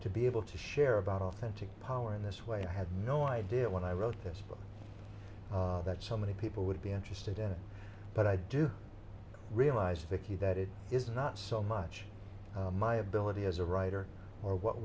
to be able to share about authentic power in this way i had no idea when i wrote this book that so many people would be interested in it but i do realize vicki that it is not so much my ability as a writer or what